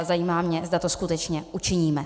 Zajímá mě, zda to skutečně učiníme.